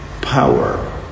power